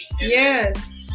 Yes